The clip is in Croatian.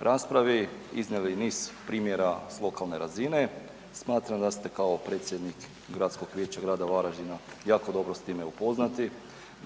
raspravi iznijeli niz primjera s lokalne razine, smatram da ste kao predsjednik gradskog vijeća grada Varaždina jako dobro s time upoznati,